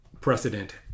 precedent